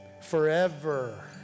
forever